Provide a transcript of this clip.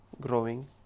growing